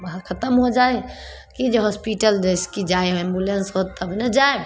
बाहर खतम हो जाइ हइ कि जे हॉस्पिटल जाहिसे कि जाइ हइ एम्बुलेंस होत तब ने जायब